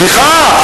סליחה,